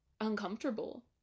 uncomfortable